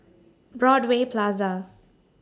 Broadway Plaza